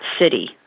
city